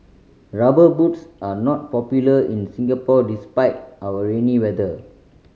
Rubber Boots are not popular in Singapore despite our rainy weather